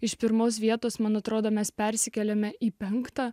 iš pirmos vietos man atrodo mes persikeliame į penktą